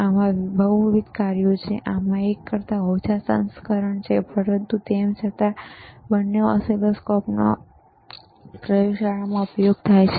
આમાં બહુવિધ કાર્યો છે આ એક કરતા ઓછા સારા સંસ્કરણ છે પરંતુ તેમ છતાં બંને ઓસિલોસ્કોપનો પ્રયોગશાળામાં ઉપયોગ થાય છે